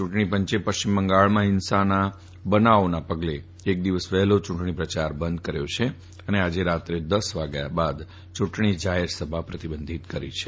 ચૂંટણી પંચે પશ્ચિમ બંગાળમાં હિંસાના બનાવોના પગલે એક દિવસ વહેલો ચૂંટણી પ્રચાર બંધ કર્યો છે અને આજે રાત્રે દસ વાગ્યા બાદ ચૂંટણી જાફેરસભા પર પ્રતિબંધ લાગુ કર્યો છે